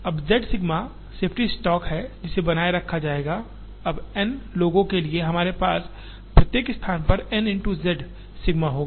अब z sigma safety stock है जिसे बनाए रखा जाएगा अब N लोगों के लिए हमारे पास इनमें से प्रत्येक स्थान पर N z सिग्मा होगा